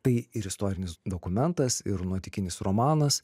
tai ir istorinis dokumentas ir nuotykinis romanas